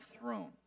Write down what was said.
throne